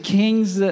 kings